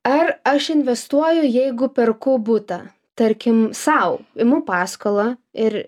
ar aš investuoju jeigu perku butą tarkim sau imu paskolą ir